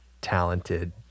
talented